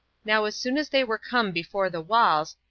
now as soon as they were come before the walls,